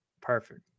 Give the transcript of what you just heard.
Perfect